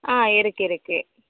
ஆ இருக்கு இருக்கு